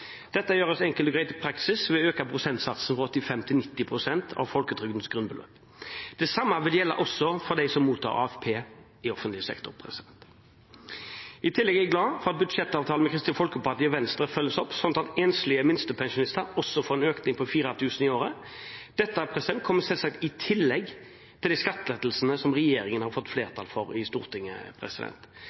Dette gjøres enkelt og greit i praksis ved å øke prosentsatsen fra 85 til 90 av folketrygdens grunnbeløp. Det samme vil også gjelde dem som mottar AFP i offentlig sektor. I tillegg er jeg glad for at budsjettavtalen med Kristelig Folkeparti og Venstre følges opp, slik at enslige minstepensjonister får en økning på 4 000 kr i året. Dette kommer selvsagt i tillegg til de skattelettelsene som regjeringen har fått flertall for i Stortinget.